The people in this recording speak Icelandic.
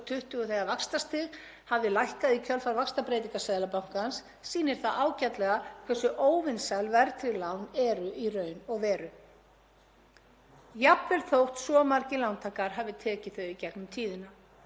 jafnvel þótt svo margir lántakar hafi tekið þau í gegnum tíðina. Fólk sem neyðist til að taka verðtryggð lán, þ.e. lán með neikvæðum afborgunum til að fjármagna kaup á fasteign, er ekki að sýna val sitt á